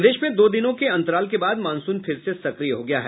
प्रदेश में दो दिनों के अन्तराल के बाद मॉनसून फिर से सक्रिय हो गया है